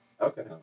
Okay